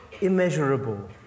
immeasurable